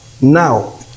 now